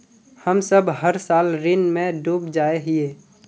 हम सब हर साल ऋण में डूब जाए हीये?